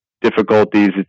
difficulties